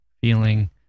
feeling